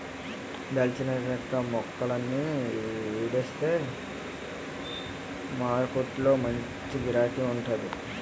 దాల్చిన చెక్క మొక్కలని ఊడిస్తే మారకొట్టులో మంచి గిరాకీ వుంటాది